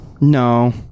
no